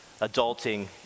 adulting